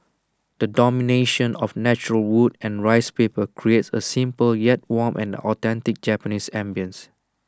the domination of natural wood and rice paper creates A simple yet warm and authentic Japanese ambience